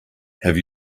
have